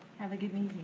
have a good evening.